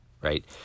right